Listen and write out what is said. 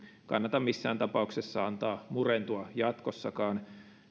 kannata missään tapauksessa antaa murentua jatkossakaan